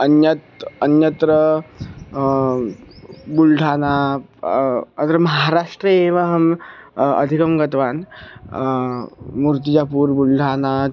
अन्यत् अन्यत्र बुल्ढाना अत्र महाराष्ट्रे एव अहम् अधिकं गतवान् मूर्तिजापुर् बुल्ढाना